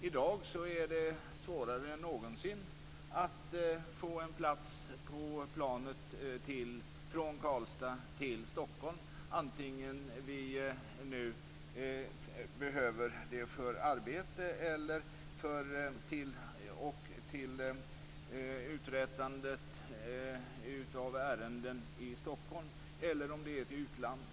I dag är det svårare än någonsin att få en plats på planet från Karlstad till Stockholm, antingen vi nu behöver det för arbete och uträttande av ärenden i Stockholm eller för förbindelser med utlandet.